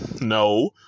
No